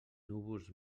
núvols